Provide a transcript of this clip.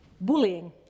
bullying